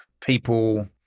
people